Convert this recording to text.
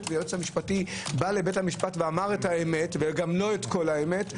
והיועץ המשפטי בא לבית המשפט ואמר את האמת וגם לא את כל האמת,